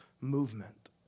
movement